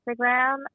Instagram